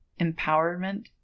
empowerment